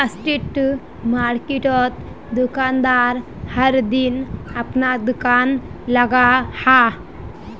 street मार्किटोत दुकानदार हर दिन अपना दूकान लगाहा